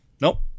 Nope